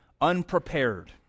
unprepared